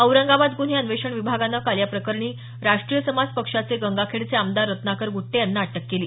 औरंगाबाद गुन्हे अन्वेषण विभागानं काल या प्रकरणी राष्ट्रीय समाज पक्षाचे गंगाखेडचे आमदार रत्नाकर गुट्टे यांना अटक केली